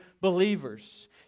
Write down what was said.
believers